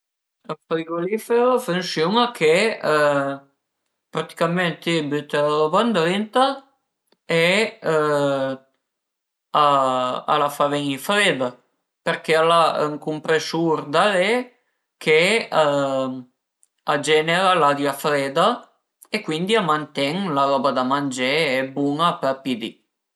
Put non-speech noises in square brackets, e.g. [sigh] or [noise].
Ël frigorifero a funsiun-a che praticament ti büte la roba ëndrinta e [hesitation] a la fa ven-i freida përché al e ün compresur darè che a genera l'aria freida e cuindi a manten la roba da mangé bun-a për pi di